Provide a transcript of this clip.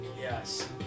Yes